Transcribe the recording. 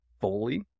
fully